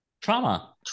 Trauma